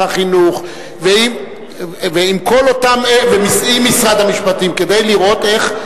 החינוך ועם משרד המשפטים כדי לראות איך,